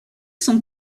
son